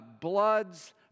Bloods